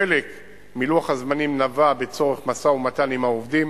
חלק מלוח הזמנים נבע מצורך במשא-ומתן עם העובדים